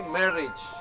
marriage